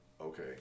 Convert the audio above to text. Okay